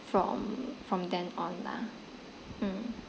from from then on lah mm